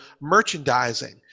merchandising